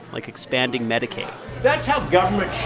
like expanding medicaid that's how government